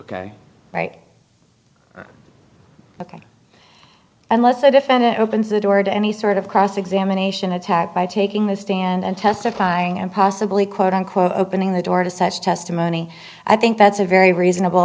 ok right ok unless the defendant opens the door to any sort of cross examination attack by taking the stand and testifying and possibly quote unquote opening the door to such testimony i think that's a very reasonable